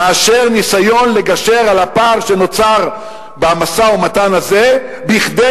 מניסיון לגשר על הפער שנוצר במשא-ומתן הזה כדי